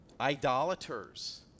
Idolaters